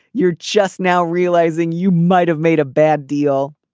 you're just now realizing you might have made a bad deal.